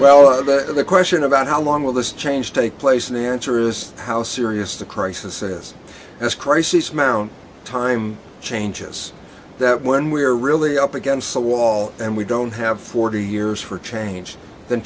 but the question about how long will this change take place in the answer is how serious the crisis is this crisis mount time changes that when we're really up against a wall and we don't have forty years for change then